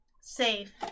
safe